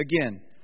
Again